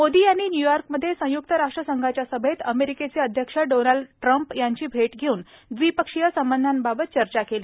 मोदी यांनी न्यूयॉर्कमधे संय्क्त राष्ट्र संघाच्या सभेत अमेरिकेचे अध्यक्ष डोनाल्ड ट्रंप यांची भेट घेऊन द्विपक्षीय संबंधांबाबत चर्चा केली